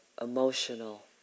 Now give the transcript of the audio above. emotional